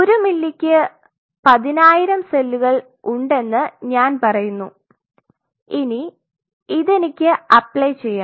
ഒരു മില്ലിക്ക് 10000 സെല്ലുകൾ ഉണ്ടെന്ന് ഞാൻ പറയുന്നു ഇനി ഇതെനിക്ക് അപ്ലൈ ചെയ്യണം